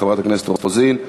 חברת הכנסת מיכל רוזין,